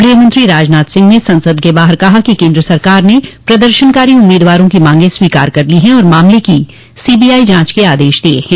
गृहमंत्री राजनाथ सिंह ने संसद के बाहर कहा कि केन्द्र सरकार ने प्रदर्शनकारी उम्मीदवारों की मांगे स्वीकार कर ली हैं और मामले की सीबीआई जांच के आदेश दिये हैं